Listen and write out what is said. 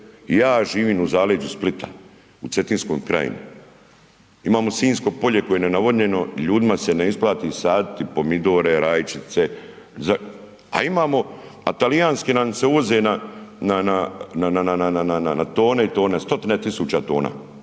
Ja živim u zaleđu Splita u Cetinskoj krajini, imamo Sinjsko polje koje je nenavodnjeno ljudima se ne isplati saditi pomidore, rajčice, a talijanske nam se ulaze na tone i tone, stotine tisuća tona